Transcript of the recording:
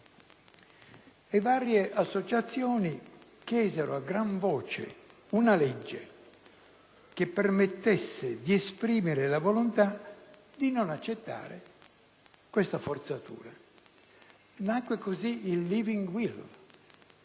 Varie associazioni chiesero a gran voce una legge che permettesse di esprimere la volontà di non accettare questa forzatura.